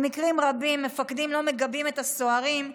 במקרים רבים מפקדים לא מגבים את הסוהרים.